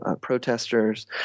protesters